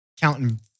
counting